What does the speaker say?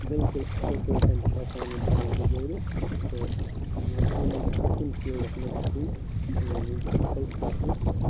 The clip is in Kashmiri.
بلکُل اَصٕل پٲٹھۍ چھِ ہٮ۪کان یِم پنٕنۍ گُزٲرِتھ تہٕ یِمن چھُ ہر کُنہِ فیلڈس منٛز ہِوُے یعنی کہِ اَصٕل ترجہِ مِلان